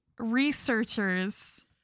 researchers